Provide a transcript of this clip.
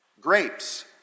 Grapes